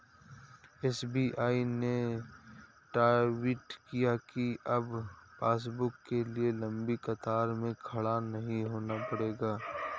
SBI ने tweet किया कि अब पासबुक के लिए लंबी कतार में खड़ा नहीं होना पड़ेगा